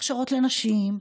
הכשרות לנשים,